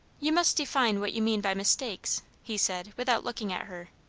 you must define what you mean by mistakes, he said without looking at her.